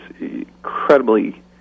incredibly